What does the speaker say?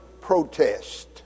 protest